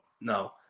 no